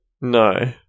No